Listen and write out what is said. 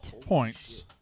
points